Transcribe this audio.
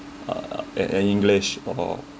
uh in in english or